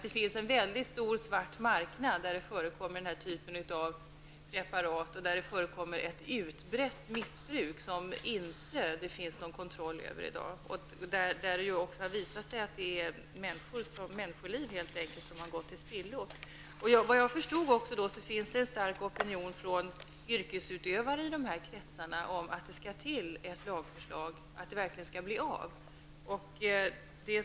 Det finns alltså en mycket stor svart marknad där denna typ av preparat förekommer och där det förekommer ett utbrett missbruk som det inte finns någon kontroll över i dag. Det har också visat sig att människoliv har gått till spillo. Såvitt jag förstår finns det en stark opinion från yrkesutövare i dessa kretsar för att det skall läggas fram ett lagförslag.